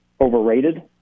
overrated